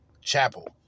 Chapel